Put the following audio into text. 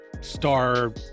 star